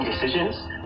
decisions